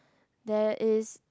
there is